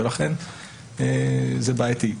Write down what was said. ולכן זה בעייתי.